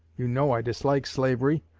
you know i dislike slavery,